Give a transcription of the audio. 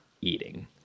eating